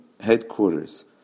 headquarters